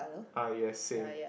uh yes same